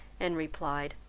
and replied,